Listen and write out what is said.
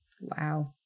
Wow